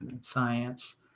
science